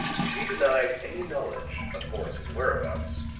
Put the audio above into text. she denied any knowledge of morris's whereabouts.